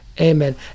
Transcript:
amen